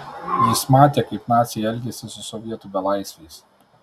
jis matė kaip naciai elgiasi su sovietų belaisviais